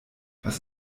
was